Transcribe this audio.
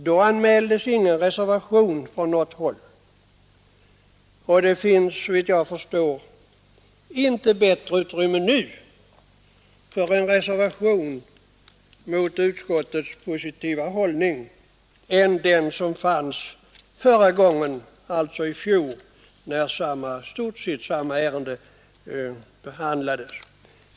Då anmäldes ingen reservation från något håll, och det finns, såvitt jag förstår, inte bättre utrymme nu för en reservation mot utskottets positiva hållning än det som fanns förra gången, alltså i fjol när i stort sett samma ärende behandlades.